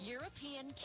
European